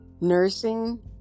nursing